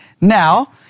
now